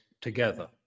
together